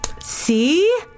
See